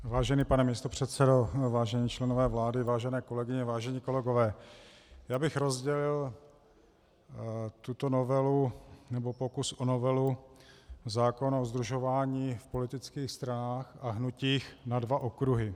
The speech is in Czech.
Vážený pane místopředsedo, vážení členové vlády, vážené kolegyně, vážení kolegové, já bych rozdělil tuto novelu, nebo pokus o novelu zákona o sdružování v politických stranách a hnutích, na dva okruhy.